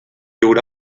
haurà